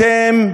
אתם,